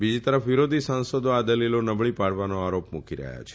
બીજી તરફ વિરોધી સાંસદો આ દલીલો નબળી પાડવાનો આરોપ મુકી રહ્યાં છે